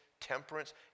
temperance